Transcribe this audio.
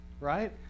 Right